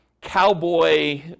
cowboy